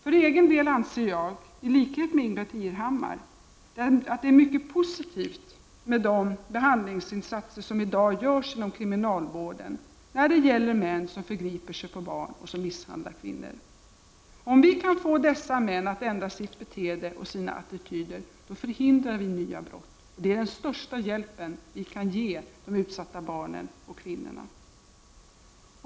Jag anser för egen del, i likhet med Ingbritt Irhammar, att det är mycket positivt med de behandlingsinsatser som i dag görs inom kriminalvården i vad gäller män som förgriper sig på barn och misshandlar kvinnor. Om vi kan få dessa män att ändra sitt beteende och sina attityder förhindrar vi nya brott. Det är den största hjälp som vi kan ge de utsatta barnen och kvinnorna.